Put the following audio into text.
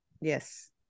Yes